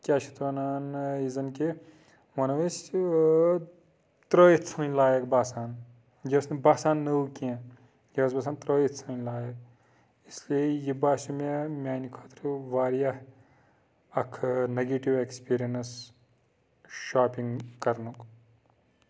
کیاہ چھِ یتھ وَنان یہِ زَن کہِ وَنو أسۍ ترٛٲیِتھ ژھٕنن لایق باسان یہِ ٲس نہٕ باسان نٔو کینٛہہ یہِ ٲس باسان ترٛٲیِتھ سٕنٛدۍ لایق اِسلیے یہِ باسیو مےٚ میٛانہِ خٲطرٕ واریاہ اَکھ نَگیٹِو ایٚکٕسپیٖریَنٕس شاپِنٛگ کَرنُک